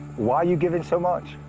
why you giving so much?